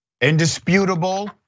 Indisputable